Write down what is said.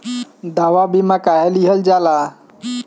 दवा बीमा काहे लियल जाला?